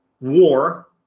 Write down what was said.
war